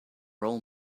role